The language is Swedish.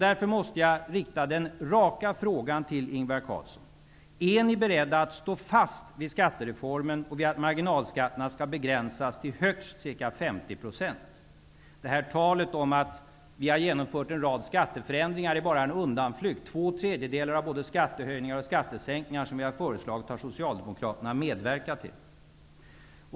Därför måste jag rikta denna raka fråga till Ingvar Carlsson: Är ni beredda att stå fast vid skattereformen och vid att marginalskatten skall begränsas till högst ca 50 %? Det här talet om att en rad skatteförändringar har genomförts är bara en undanflykt. Två tredjedelar av både skattehöjningar och skattesänkningar som regeringen har genomfört har Socialdemokraterna medverkat till.